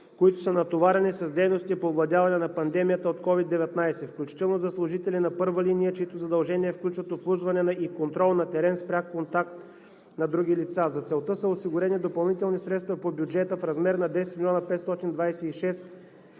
които са натоварени с дейности по овладяване на пандемията от COVID-19, включително за служители на първа линия, чиито задължения включват обслужване и контрол на терен с пряк контакт на други лица. За целта са осигурени допълнителни средства по бюджета в размер на 10 млн. 526 хил.